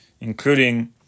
including